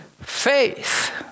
faith